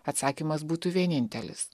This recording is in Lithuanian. atsakymas būtų vienintelis